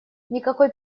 никакой